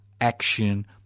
action